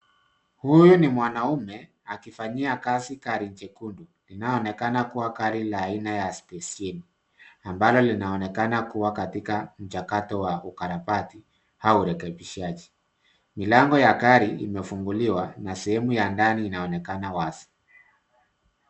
Huyu ni mwanaume akifanyia kazi gari jekundu, linaloonekana kua gari la aina ya Stesion, ambalo linaonekana kua katika mchakato wa ukarabati ua urekebishaji. Milango ya gari imefunguliwa na sehemu ya ndani inaonekana wazi.